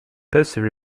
passive